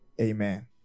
Amen